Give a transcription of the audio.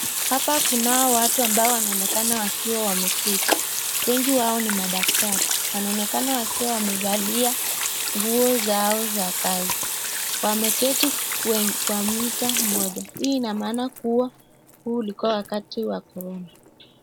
Hapa kunao watu ambao wanaonekana wameketi wengi wao ni madaktari wanaonekana wakiwa wamevalia nguo zao za kazi wameketi kwa mita moja hii inaamana kuwa huu uliuwa wakati wa corona.